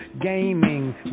Gaming